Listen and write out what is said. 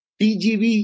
tgv